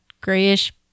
grayish